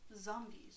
Zombies